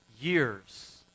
years